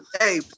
hey